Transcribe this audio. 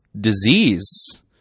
disease